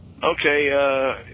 Okay